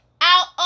out